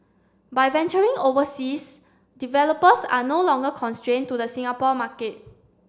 by venturing overseas developers are no longer constrained to the Singapore market